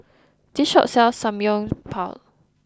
this shop sells Samgyeopsal